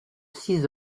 six